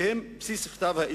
שהן בסיס כתב-האישום.